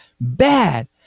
bad